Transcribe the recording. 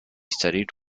studied